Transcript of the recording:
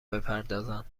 بپردازند